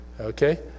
okay